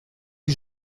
que